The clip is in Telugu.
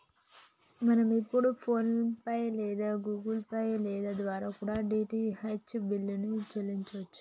మనం ఇప్పుడు ఫోన్ పే లేదా గుగుల్ పే ల ద్వారా కూడా డీ.టీ.హెచ్ బిల్లుల్ని చెల్లించచ్చు